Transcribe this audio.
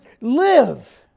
live